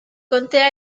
contea